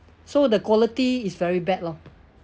so the quality is very bad lor